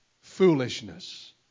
foolishness